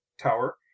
Tower